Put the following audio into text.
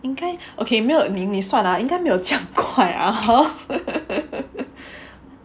应该 okay 没有你你算 ah 应该没有这样 quite 快 ah hor